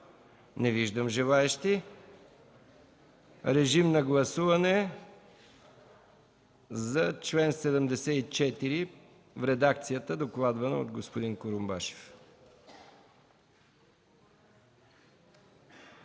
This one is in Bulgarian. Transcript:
Не виждам желаещи. Моля, гласувайте за чл. 74 в редакцията, докладвана от господин Курумбашев.